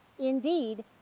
indeed,